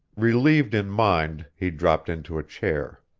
relieved in mind, he dropped into a chair.